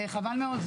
חבל מאוד.